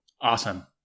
Awesome